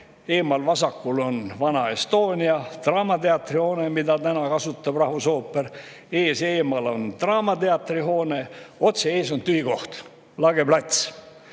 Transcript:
Eemal vasakul on vana Estonia draamateatri hoone, mida praegu kasutab rahvusooper, ees eemal on draamateatri hoone, otse ees on tühi koht, lage plats.